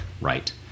Right